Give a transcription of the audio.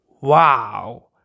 wow